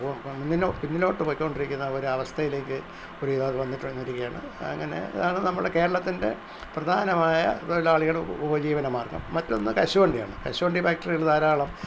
അപ്പം മുന്നിലൊ പിന്നിലോട്ടു പൊയ്ക്കൊണ്ടിരിക്കുന്ന ഒരവസ്ഥയിലേക്കു ഒരു വിധമായിട്ടു വന്നിട്ടു കൊണ്ടിരിക്കയാണ് അതിനു തന്നെ ഇതാണ് നമ്മുടെ കേരളത്തിന്റെ പ്രധാനമായ തൊഴിലാളികൾ ഉപജീവനമാർഗ്ഗം മറ്റൊന്നു കശുവണ്ടിയാണ് കശുവണ്ടി ഫാക്റ്ററികൾ ധാരാളം